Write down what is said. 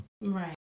right